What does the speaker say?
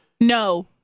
No